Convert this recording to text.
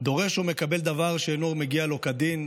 "דורש או מקבל דבר שאינו מגיע לו כדין,